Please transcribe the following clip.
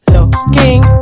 Looking